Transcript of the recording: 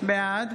בעד